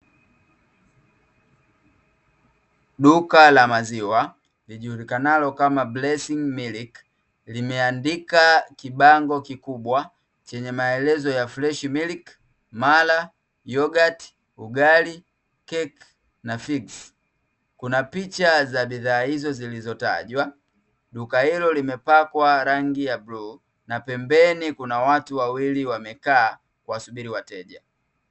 Duka la maziwa lijulikanalo kama "BLESSING MILK" limeandika kibango kikubwa chenye maelezo ya "freshi milk, mala, yogati, ugali, keki na figs", kuna picha za bodhaa hizo zilizotajwa ,duka hilo limepakwa rangi ya bluu na pembeni kuna watu wawili wamekaa kuwasubiri wateja.